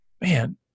Man